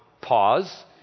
pause